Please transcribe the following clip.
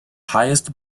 highest